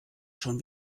schon